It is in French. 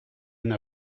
n’a